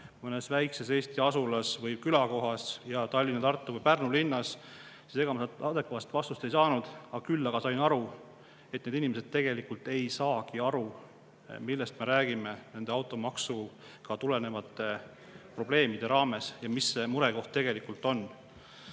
mõnes väikses Eesti asulas või külakohas samaväärne Tallinna, Tartu või Pärnu linna [võimalustega], siis ega ma sealt adekvaatset vastust ei saanud. Küll aga sain aru, et need inimesed tegelikult ei saagi aru, millest me räägime nende automaksust tulenevate probleemidega seoses või mis see murekoht tegelikult on.